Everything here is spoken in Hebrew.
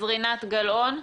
אז רינת גל-און.